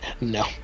no